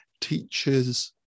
teaches